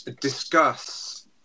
discuss